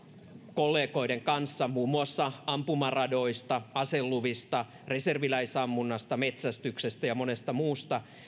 kollegoiden kanssa muun muassa ampumaradoista aseluvista reserviläisammunnasta metsästyksestä ja monesta muusta